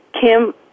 Kim